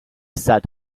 said